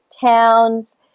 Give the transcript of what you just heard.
towns